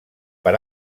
per